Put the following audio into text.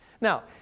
Now